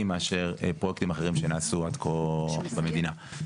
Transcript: מאשר פרויקטים אחרים שנעשו עד כה במדינה.